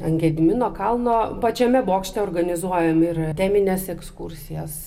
ant gedimino kalno pačiame bokšte organizuojam ir temines ekskursijas